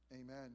Amen